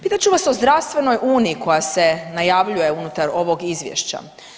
Pitat ću vas o zdravstvenoj uniji koja se najavljuje unutar ovog izvješća.